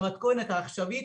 במתכונת העכשווית,